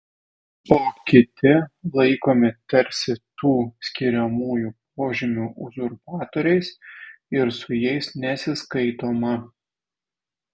o kiti laikomi tarsi tų skiriamųjų požymių uzurpatoriais ir su jais nesiskaitoma